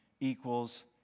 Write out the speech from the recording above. equals